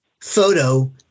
photo